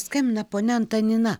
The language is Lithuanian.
skambina ponia antanina